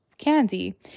candy